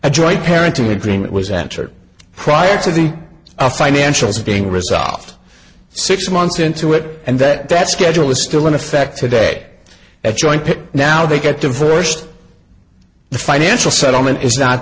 a joint parenting agreement was entered prior to the financials being resolved six months into it and that that schedule is still in effect today at joint pic now they get divorced the financial settlement is not